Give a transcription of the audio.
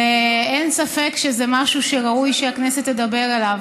ואין ספק שזה משהו שראוי שהכנסת תדבר עליו.